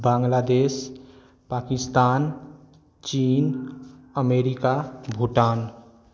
बांग्लादेश पाकिस्तान चीन अमेरिका भूटान